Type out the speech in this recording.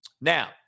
Now